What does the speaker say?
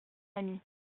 ami